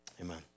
amen